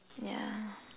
yeah